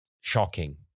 shocking